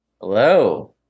Hello